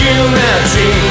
unity